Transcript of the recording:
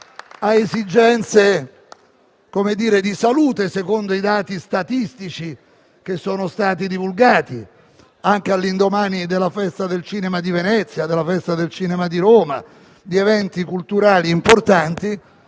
a esigenze di salute, stando ai dati statistici che sono stati divulgati, anche all'indomani del Festival del cinema di Venezia, della Festa del cinema di Roma e di eventi culturali importanti,